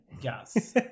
Yes